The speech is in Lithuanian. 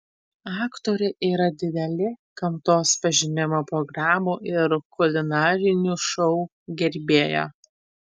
aktorė yra didelė gamtos pažinimo programų ir kulinarinių šou gerbėja